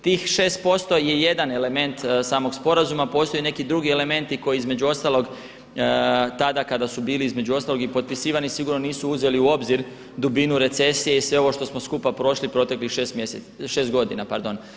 Tih 6% je jedan element samog sporazuma, postoje neki drugi elementi koji između ostalog tada kada su bili između ostalog i potpisivani sigurno nisu uzeli u obzir dubinu recesije i sve ovo što smo skupa prošli proteklih 6 godina.